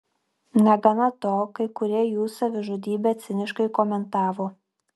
negana to kai kurie jų savižudybę ciniškai komentavo